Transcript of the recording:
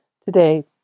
today